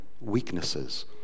weaknesses